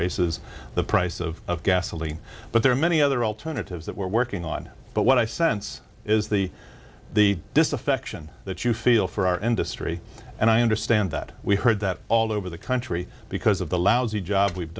raises the price of gasoline but there are many other alternatives that we're working on but what i sense is the the disaffection that you feel for our industry and i understand that we heard that all over the country because of the lousy jobs we've